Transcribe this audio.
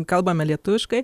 kalbame lietuviškai